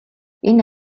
энэ